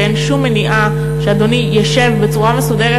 אין שום מניעה שאדוני ישב בצורה מסודרת